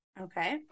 Okay